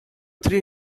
three